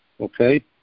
okay